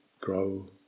grow